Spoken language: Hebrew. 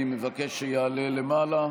אני מבקש שיעלה למעלה.